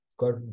Got